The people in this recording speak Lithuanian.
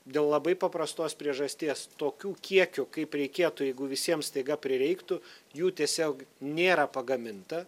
dėl labai paprastos priežasties tokių kiekių kaip reikėtų jeigu visiems staiga prireiktų jų tiesiog nėra pagaminta